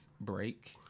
break